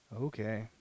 Okay